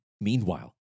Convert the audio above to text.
Meanwhile